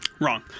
Wrong